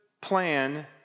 plan